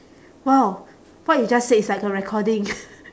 !wow! what you just said is like a recording